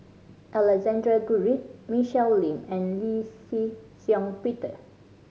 Alexander Guthrie Michelle Lim and Lee Shih Shiong Peter